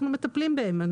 אנחנו מטפלים בהם.